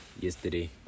yesterday